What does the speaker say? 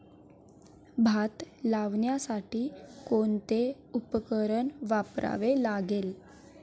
भात लावण्यासाठी कोणते उपकरण वापरावे लागेल?